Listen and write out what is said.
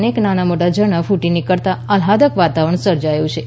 અનેક નાના મોટા ઝરણા ફૂટી નીકળતા આહલાદક વાતાવરણ સર્જાયું હતું